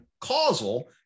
causal